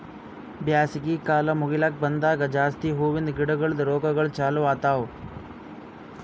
ಬ್ಯಾಸಗಿ ಕಾಲ್ ಮುಗಿಲುಕ್ ಬಂದಂಗ್ ಜಾಸ್ತಿ ಹೂವಿಂದ ಗಿಡಗೊಳ್ದು ರೋಗಗೊಳ್ ಚಾಲೂ ಆತವ್